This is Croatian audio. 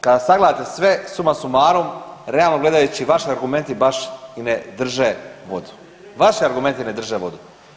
Kad sagledate sve suma sumarum realno gledajući vaši argumenti baš i ne drže vodu, vaši argumenti ne drže vodu.